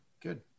good